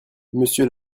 monsieur